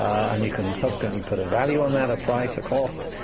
and you can subsequently put a value on that, a price, a cost,